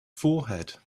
forehead